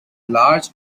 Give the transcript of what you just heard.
large